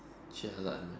chill out man